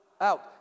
Out